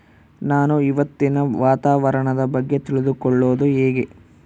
ನಾನು ಇವತ್ತಿನ ವಾತಾವರಣದ ಬಗ್ಗೆ ತಿಳಿದುಕೊಳ್ಳೋದು ಹೆಂಗೆ?